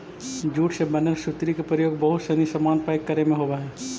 jute से बनल सुतरी के प्रयोग बहुत सनी सामान पैक करे में होवऽ हइ